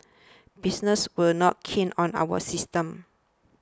businesses were not keen on our systems